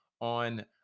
on